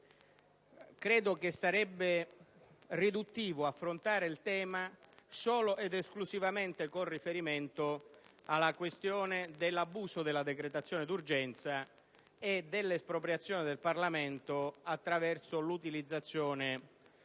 credo che sarebbe riduttivo affrontare il tema solo ed esclusivamente con riferimento alla questione dell'abuso della decretazione d'urgenza e dell'espropriazione del Parlamento attraverso l'utilizzazione